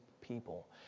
people